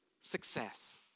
success